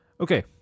Okay